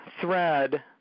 thread